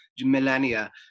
millennia